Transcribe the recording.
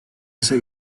ise